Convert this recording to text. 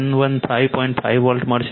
5 volt મળશે